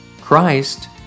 Christ